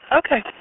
okay